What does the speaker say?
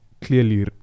clearly